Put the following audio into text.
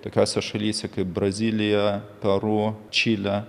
tokiose šalyse kaip brazilija peru čilė